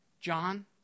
John